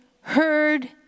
heard